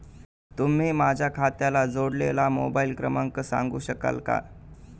तुम्ही माझ्या खात्याला जोडलेला मोबाइल क्रमांक सांगू शकाल का?